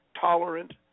tolerant